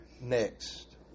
next